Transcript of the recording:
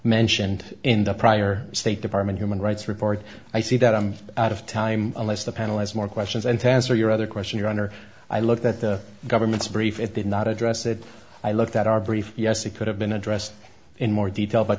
mentioned in the prior state department human rights report i see that i'm out of time unless the panel has more questions and to answer your other question your honor i looked at the government's brief it did not address it i looked at our brief yes it could have been addressed in more detail but